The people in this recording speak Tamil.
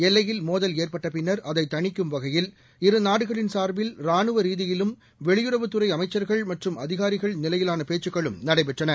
எல்லையில் மோதல் ஏற்பட்ட பின்னர் அதைத் தணிக்கும் வகையில் இருநாடுகளின் சார்பில் ரானுவ ரீதியிலும் வெளியுறவுத்துறை அமைச்சர்கள் மற்றும் அதிகாரிகள் நிலையிலான பேச்சுக்களும் நடைபெற்றன